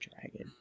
dragon